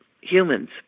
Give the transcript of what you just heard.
humans